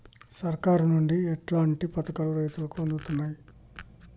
సర్కారు నుండి ఎట్లాంటి పథకాలు రైతులకి అందుతయ్?